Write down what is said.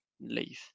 leave